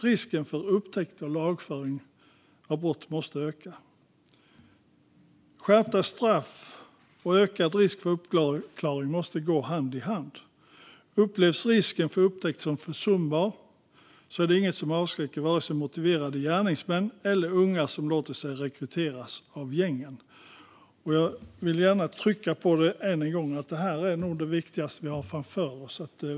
Risken för upptäckt och lagföring av den som begår brott måste öka. Skärpta straff och ökad risk för upptäckt måste gå hand i hand. Upplevs risken för upptäckt som försumbar är det inget som avskräcker vare sig motiverade gärningsmän eller unga som låter sig rekryteras av gängen. Jag vill gärna trycka än en gång på att detta är det viktigaste vi har framför oss.